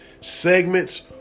segments